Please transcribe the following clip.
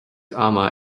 ama